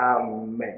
Amen